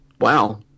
Wow